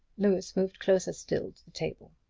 louis moved closer still to the table.